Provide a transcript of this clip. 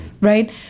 right